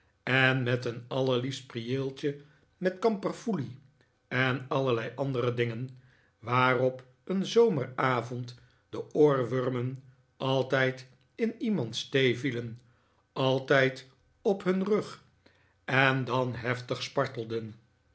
en met een allerliefst prieeltje met kamperfoelie en allerlei andere dingen waar op een zomeravond de oorwormen altijd in iemands thee vielen altijd op hun rug en dan heftig spartelden